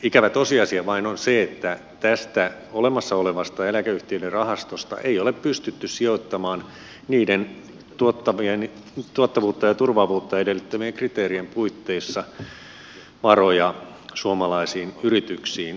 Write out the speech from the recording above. ikävä tosiasia vain on se että tästä olemassa olevasta eläkeyhtiöiden rahastosta ei ole pystytty sijoittamaan tuottavuutta ja turvaavuutta edellyttävien kriteerien puitteissa varoja suomalaisiin yrityksiin